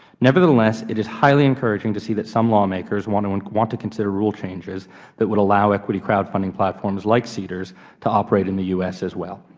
nevertheless, it is highly encouraging to see that some lawmakers want want to consider rule changes that would allow equity crowdfunding platforms like seedrs to operate in the u s. as well.